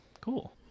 cool